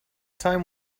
time